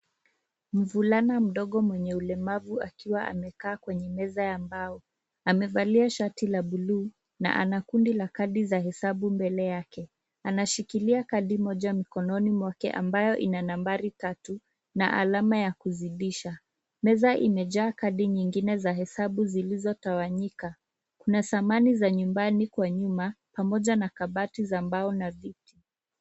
Mvulana mdogo mwenye ulemavu akiwa amekaa kwenye meza ya mbao. Amevalia shati la buluu na ana kundi la kadi za hesabu mbele yake. Anashikilia kadi moja mkononi mwake ambayo ina nambari tatu na alama ya kuzidisha. Meza imejaa kadi nyingine za hesabu zilizotawanayika na sanami za nyumbani kwa nyuma pamoja na kabati za mbao na viti.